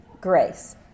grace